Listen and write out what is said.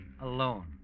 alone